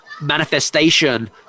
manifestation